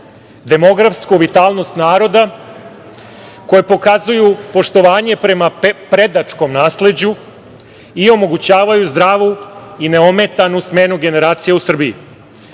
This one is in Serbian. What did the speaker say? demografsku vitalnost naroda, koje pokazuju poštovanje prema predačkom nasleđu i omogućavaju zdravu i neometanu smenu generacija u Srbiji. Što